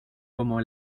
como